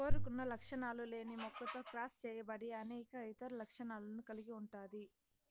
కోరుకున్న లక్షణాలు లేని మొక్కతో క్రాస్ చేయబడి అనేక ఇతర లక్షణాలను కలిగి ఉంటాది